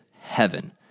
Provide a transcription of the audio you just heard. heaven